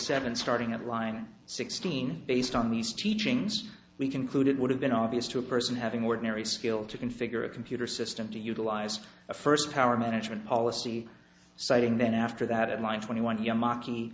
seven starting at line sixteen based on these teachings we conclude it would have been obvious to a person having ordinary skill to configure a computer system to utilize a first power management policy siting then after that in line twenty one year m